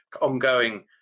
ongoing